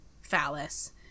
phallus